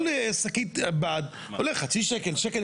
כל שקית בד עולה חצי שקל, שקל.